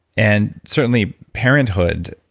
and certainly, parenthood,